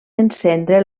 encendre